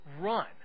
Run